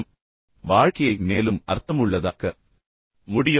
நீங்கள் மரணத்தை கற்பனை செய்யும்போது வாழ்க்கையை மேலும் அர்த்தமுள்ளதாக்க முடியும்